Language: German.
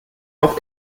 auf